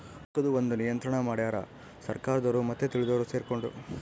ರೊಕ್ಕದ್ ಒಂದ್ ನಿಯಂತ್ರಣ ಮಡ್ಯಾರ್ ಸರ್ಕಾರದೊರು ಮತ್ತೆ ತಿಳ್ದೊರು ಸೆರ್ಕೊಂಡು